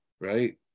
right